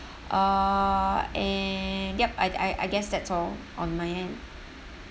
err and yup I I I guess that's all on my end